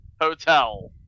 Hotel